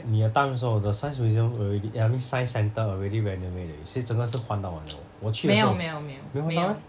你的 time 的时候 the science museum already eh I mean science centre already renovate already 现在整个是换到完了 oh 我去的时候没有换到 meh